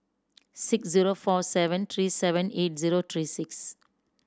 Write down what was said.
six zero four seven three seven eight zero three six